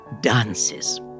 dances